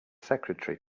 secretary